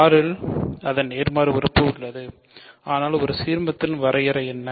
R இல் அதன் நேர்மாறு உறுப்பு உள்ளது ஆனால் ஒரு சீர்மத்தின் வரையறை என்ன